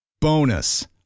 Bonus